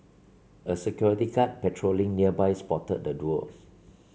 a security guard patrolling nearby spotted the duo